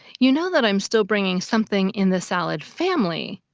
you know that i'm still bringing something in the salad family.